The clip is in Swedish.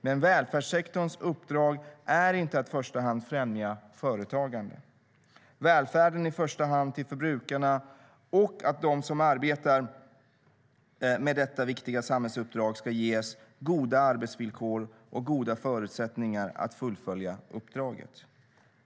Men välfärdssektorns uppdrag är inte i första hand att främja företagande. Välfärden är i första hand till för brukarna och för att de som arbetar med detta viktiga samhällsuppdrag ska ges goda arbetsvillkor och goda förutsättningar att fullfölja uppdraget.